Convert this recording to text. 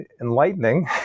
enlightening